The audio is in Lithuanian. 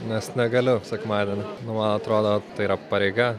nes negaliu sekmadienį nu man atrodo tai yra pareiga